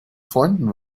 freunden